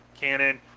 cannon